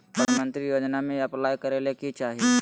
प्रधानमंत्री योजना में अप्लाई करें ले की चाही?